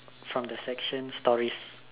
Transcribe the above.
from the section stories